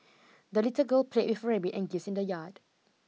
the little girl played with her rabbit and geese in the yard